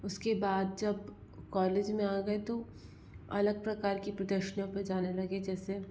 उसके बाद जब कॉलेज में आ गए तो अलग प्रकार की प्रदर्शनियों पर जाने लगे जैसे